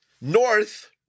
North